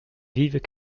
vives